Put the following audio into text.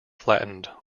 flattened